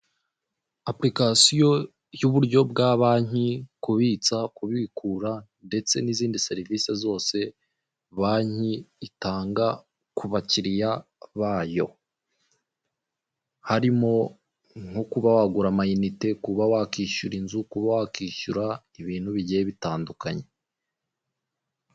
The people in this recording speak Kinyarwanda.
Apurikasiyo y'uburyo bwa banyi kubitsa kubikura ndetse n'izindi serivisi zose banyi itanga ku bakiriya bayo harimo nko kuba wagura amayinite, kuba wakwishyura inzu, kuba wakishyura ibintu bigiye bitandukanye.